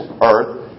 earth